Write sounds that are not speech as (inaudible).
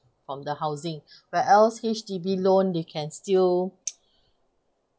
on the housing where else H_D_B loan they can still (noise)